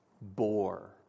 bore